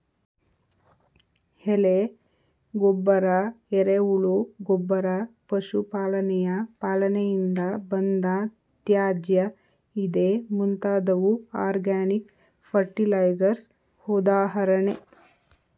ಎಲೆ ಗೊಬ್ಬರ, ಎರೆಹುಳು ಗೊಬ್ಬರ, ಪಶು ಪಾಲನೆಯ ಪಾಲನೆಯಿಂದ ಬಂದ ತ್ಯಾಜ್ಯ ಇದೇ ಮುಂತಾದವು ಆರ್ಗ್ಯಾನಿಕ್ ಫರ್ಟಿಲೈಸರ್ಸ್ ಉದಾಹರಣೆ